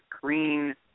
green